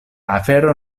afero